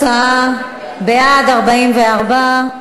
התוצאה: בעד, 44,